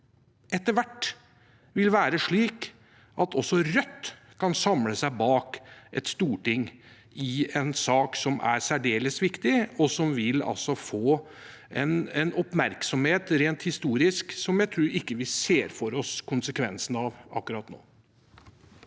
etter hvert vil være slik at også Rødt kan samle seg bak et storting i en sak som er særdeles viktig, og som rent historisk vil få en oppmerksomhet som jeg ikke tror vi ser for oss konsekvensene av akkurat nå.